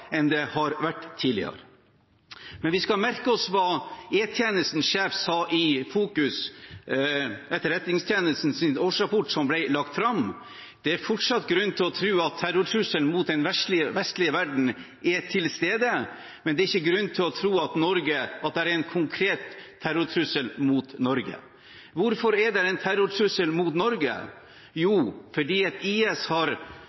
enn det har vært tidligere, men vi skal merke oss hva E-tjenestens sjef sa i Fokus – Etterretningstjenestens årsrapport som ble lagt fram – om at det fortsatt er grunn til å tro at terrortrusselen mot den vestlige verden er til stede, men at det ikke er grunn til å tro at det er en konkret terrortrussel mot Norge. Hvorfor er det en terrortrussel mot Norge? – Jo, fordi IS har